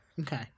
okay